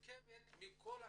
ומורכבת מכל הקהילות,